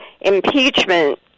impeachment